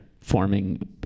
forming